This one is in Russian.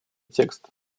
текст